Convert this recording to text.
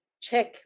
check